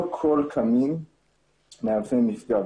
לא כל קמין מהווה מפגע,